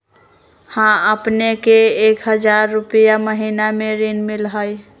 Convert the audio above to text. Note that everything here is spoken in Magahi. हां अपने के एक हजार रु महीने में ऋण मिलहई?